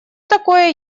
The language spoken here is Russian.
такое